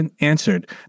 answered